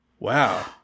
Wow